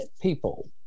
people